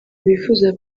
bifuza